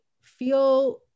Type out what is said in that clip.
feel